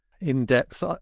in-depth